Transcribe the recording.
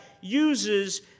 uses